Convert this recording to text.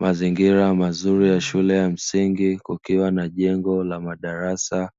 Mazingira mazuri ya shule ya msingi kukiwa na jengo la madarasa